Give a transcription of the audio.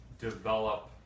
develop